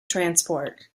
transport